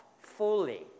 fully